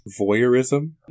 Voyeurism